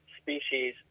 species